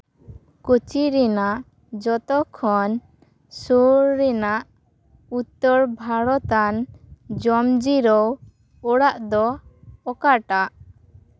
ᱠᱳᱪᱤ ᱨᱮᱱᱟᱜ ᱡᱚᱛᱚ ᱠᱷᱚᱱ ᱥᱩᱨ ᱨᱮᱱᱟᱜ ᱩᱛᱛᱚᱨ ᱵᱷᱟᱨᱚᱛᱟᱱ ᱡᱚᱢ ᱡᱤᱨᱟᱹᱣ ᱚᱲᱟᱜ ᱫᱚ ᱚᱠᱟᱴᱟᱜ